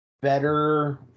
better